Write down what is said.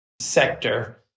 sector